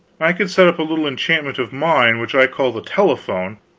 i could set up a little enchantment of mine which i call the telephone,